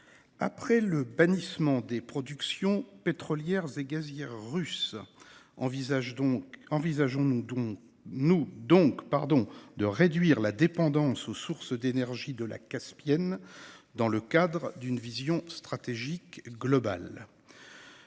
Après le bannissement des productions pétrolières et gazières russes, envisageons-nous de réduire notre dépendance aux sources d’énergie de la Caspienne, dans le cadre d’une vision stratégique globale ?